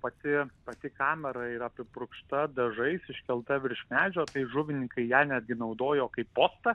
pati kamera yra apipurkšta dažais iškelta virš medžio tai žuvininkai ją netgi naudojo kaip postą